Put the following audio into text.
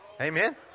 Amen